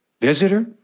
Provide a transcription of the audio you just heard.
Visitor